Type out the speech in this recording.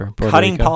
cutting